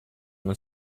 non